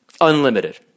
unlimited